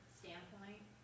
standpoint